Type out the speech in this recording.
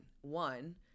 one